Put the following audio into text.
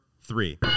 three